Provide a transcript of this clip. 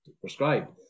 prescribed